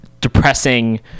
depressing